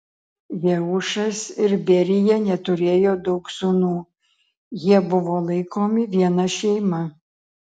jeušas ir berija neturėjo daug sūnų jie buvo laikomi viena šeima